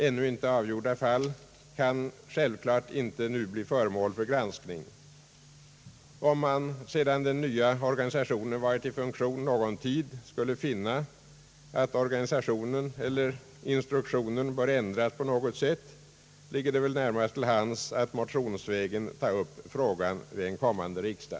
Ännu inte avgjorda fall kan givetvis inte nu bli föremål för granskning. Om man, sedan den nya organisationen varit i funktion någon tid, skulle finna att organisationen eller instruktionen bör ändras på något sätt, ligger det närmast till hands att motionsvägen ta upp frågan vid en kommande riksdag.